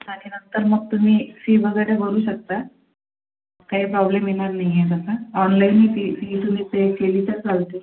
आणि नंतर मग तुम्ही फी वगैरे भरू शकता काही प्रॉब्लेम येणार नाही आहे त्याचा ऑनलाईनही फी फी तुम्ही पे केली तर चालते